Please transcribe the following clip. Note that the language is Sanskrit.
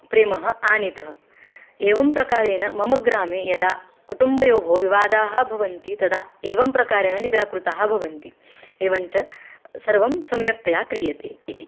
प्रेमः आनीतः एवं प्रकारेन मम ग्रामे यदा कुटुम्बयोः विवादाः भवन्ति तदा एवं प्रकारेण निराकृताः भवन्ति एवञ्च सर्वं सम्यक्तया क्रियते इति